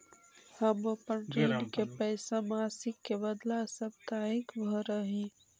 हम अपन ऋण के पैसा मासिक के बदला साप्ताहिक भरअ ही